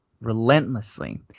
relentlessly